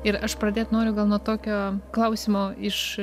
ir aš pradėt noriu gal nuo tokio klausimo iš